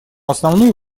основную